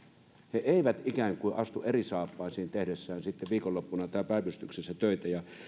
he eivät ikään kuin astu eri saappaisiin tehdessään viikonloppuna tai päivystyksessä töitä